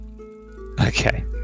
Okay